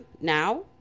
now